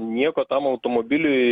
nieko tam automobiliui